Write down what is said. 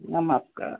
नमस्कार